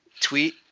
tweet